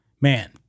man